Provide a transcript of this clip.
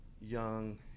young